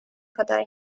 kadar